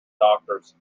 doctors